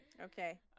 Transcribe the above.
Okay